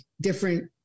different